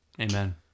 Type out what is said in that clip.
Amen